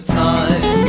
time